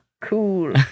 Cool